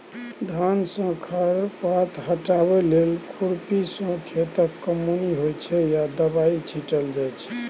खेतसँ खर पात हटाबै लेल खुरपीसँ खेतक कमौनी होइ छै या दबाइ छीटल जाइ छै